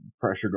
pressure